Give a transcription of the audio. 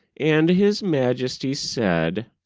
and his majesty said,